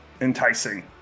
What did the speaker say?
enticing